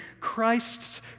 Christ's